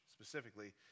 specifically